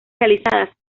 realizadas